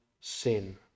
sin